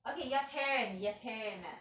okay your turn your turn